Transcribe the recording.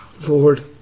Lord